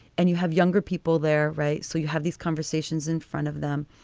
and you have younger people there, right. so you have these conversations in front of them.